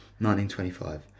1925